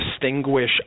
distinguish